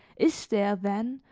is there, then,